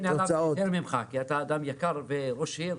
אני נעלב יותר ממך כי אתה אדם יקר וראש עיר,